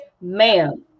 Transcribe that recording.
ma'am